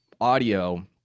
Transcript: audio